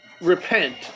repent